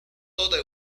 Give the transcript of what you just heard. toda